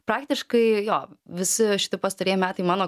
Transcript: praktiškai jo visi šiti pastarieji metai mano